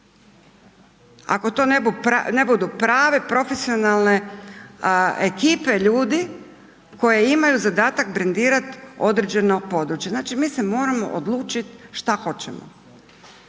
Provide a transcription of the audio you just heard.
Ako to ne budu prave, profesionalne ekipe ljudi koje imaju zadatak brendirati određeno područje. Znači mi se moramo odlučiti šta hoćemo.